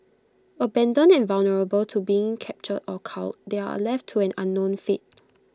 abandoned and vulnerable to being captured or culled they are A left to an unknown fate